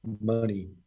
money